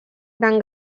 gran